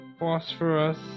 Phosphorus